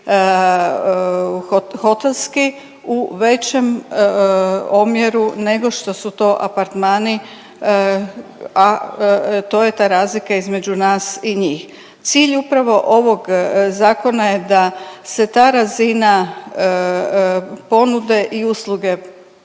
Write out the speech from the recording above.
hotelski u većem omjeru nego što su to apartmani, a to je ta razlika između nas i njih. Cilj upravo ovog zakona je da se ta razina ponude i usluge